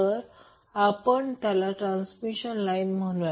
तर आपण त्याला ट्रान्समिशन लाईन म्हणूया